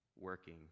working